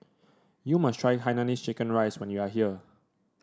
you must try Hainanese Chicken Rice when you are here